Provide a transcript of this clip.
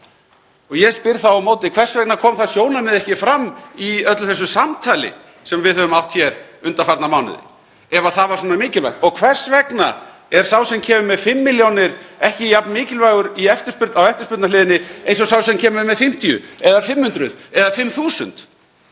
Ég spyr þá á móti: Hvers vegna kom það sjónarmið ekki fram í öllu þessu samtali sem við höfum átt hér undanfarna mánuði, ef það var svona mikilvægt? Og hvers vegna er sá sem kemur með 5 milljónir ekki jafn mikilvægur á eftirspurnarhliðinni og sá sem kemur með 50 eða 500 eða 5.000?